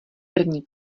první